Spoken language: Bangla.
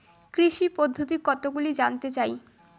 কৃষি পদ্ধতি কতগুলি জানতে চাই?